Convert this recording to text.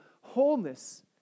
wholeness